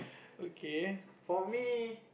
okay for me